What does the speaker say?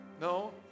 no